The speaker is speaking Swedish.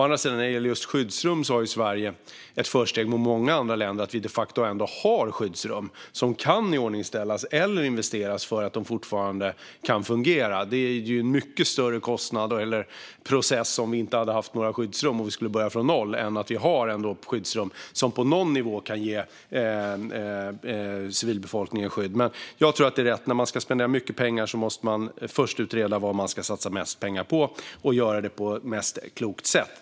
När det gäller just skyddsrum har dock Sverige ett försprång till många andra länder eftersom vi de facto ändå har skyddsrum som kan iordningställas eller investeras i så att de kan fortfarande kan fungera. Det vore en mycket större process om vi inte hade haft några skyddsrum alls och behövt börja från noll än att som nu ändå ha skyddsrum som på någon nivå kan ge civilbefolkningen skydd. Det rätta när man ska spendera mycket pengar är att först utreda vad man ska satsa mest pengar på och göra det klokt.